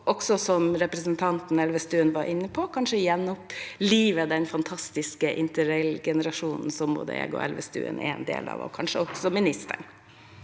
– som representanten Elvestuen var inne på – kanskje kan gjenopplive den fantastiske interrailgenerasjonen, som både jeg og Elvestuen er en del av, og kanskje også ministeren.